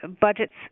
budgets